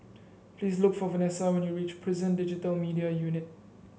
please look for Vanessa when you reach Prison Digital Media Unit